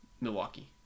Milwaukee